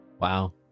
Wow